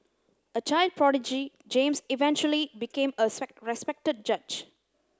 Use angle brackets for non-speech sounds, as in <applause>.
a child prodigy James eventually became a <unintelligible> respected judge